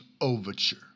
Overture